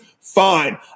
Fine